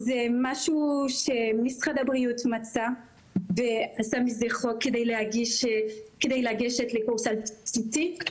זה משהו שמשרד הבריאות מצא ושם את זה חוק כדי לגשת לקורס על בסיסי.